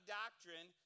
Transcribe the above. doctrine